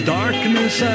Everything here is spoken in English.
darkness